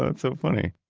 ah and so funny.